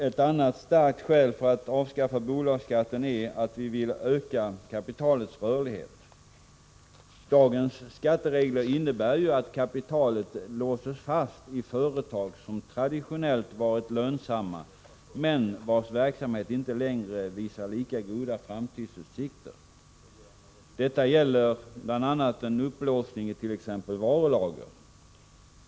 Ett annat starkt skäl för att avskaffa bolagsskatten är att vi vill öka kapitalets rörlighet. Dagens skatteregler innebär ju att kapitalet låses fast i företag som traditionellt varit lönsamma men vilkas verksamhet inte längre har lika goda framtidsutsikter. Detta gäller bl.a. upplåsning i t.ex. varulager.